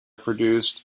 produced